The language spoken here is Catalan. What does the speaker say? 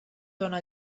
dóna